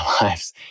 lives